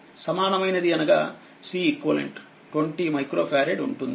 సమానమైనది అనగాCEQ 20 micro farad ఉంటుంది